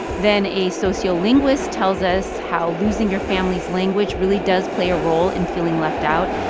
then a sociolinguist tells us how losing your family's language really does play a role in feeling left out.